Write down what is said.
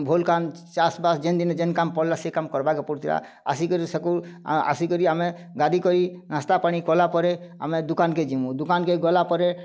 କାମ୍ ଚାଷ୍ ବାସ୍ ଯେନ୍ ଦିନ ଯେନ୍ କାମ୍ ପଡ଼୍ଲା ସେ କାମ୍ କର୍ବାର୍କେ ପଡ଼ୁଥିଲା ଆସିକରି ସେଠୁ ଆସିକରି ଆମେ ଗାଧିକରି ନାସ୍ତାପାନି କଲାପରେ ଆମେ ଦୁକାନ୍କେ ଯିମୁ ଦୁକାନ୍କେ ଗଲାପରେ